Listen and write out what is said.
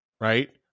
Right